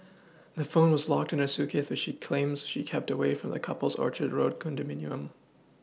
the phone was locked in her suitcase which she claims she kept away from the couple's Orchard road condominium